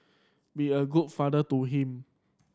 be a good father to him